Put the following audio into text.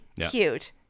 Cute